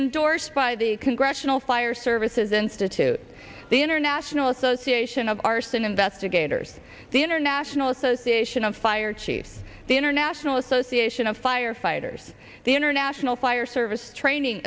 indorsed by the congressional fire services institute the international association of arson investigators the international association of fire chiefs the international association of firefighters the international fire service training